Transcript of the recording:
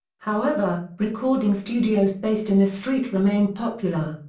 however, recording studios based in the street remained popular.